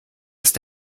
ist